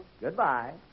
Goodbye